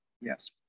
Yes